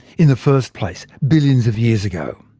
in the first place, billions of years ago?